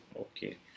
okay